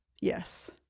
Yes